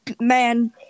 man